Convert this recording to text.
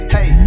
Hey